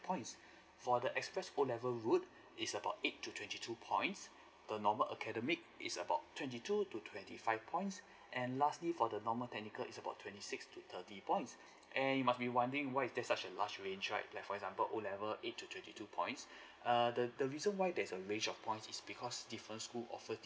points for the express O level route is about eight to twenty two points the normal academic is about twenty two to twenty five points and lastly for the normal technical is about twenty six to thirty points and you must be wondering why is there such a large range right like for example O level eight to twenty two points err the the reason why there's a range of points is because different school offers different